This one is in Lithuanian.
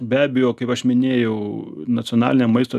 be abejo kaip aš minėjau nacionalinė maisto